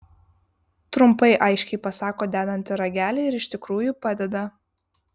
trumpai aiškiai pasako dedanti ragelį ir iš tikrųjų padeda